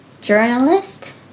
journalist